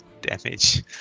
damage